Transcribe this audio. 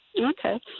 Okay